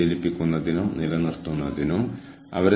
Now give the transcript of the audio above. കൂടാതെ ഈ പ്രതീക്ഷിക്കുന്നത് ഇപ്പോൾ ചെയ്യേണ്ടതുണ്ട്